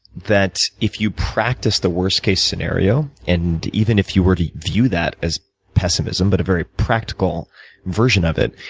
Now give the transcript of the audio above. that if you practice the worst-case scenario, and even if you were to view that as pessimism, but a very practical version of it,